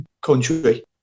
country